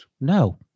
No